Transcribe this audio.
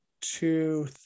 two